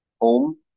home